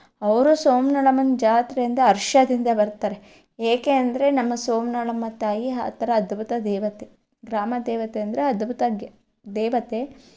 ಅವರು ಸೋಮನಳ್ಳಮ್ಮನ ಜಾತ್ರೆ ಅಂದರೆ ಹರ್ಷದಿಂದ ಬರ್ತಾರೆ ಏಕೆ ಅಂದರೆ ನಮ್ಮ ಸೋಮನಳ್ಳಮ್ಮ ತಾಯಿ ಆ ಥರ ಅದ್ಭುತ ದೇವತೆ ಗ್ರಾಮ ದೇವತೆ ಅಂದರೆ ಅದ್ಭುತ ದೇವತೆ